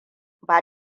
ba